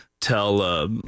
tell